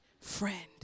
friend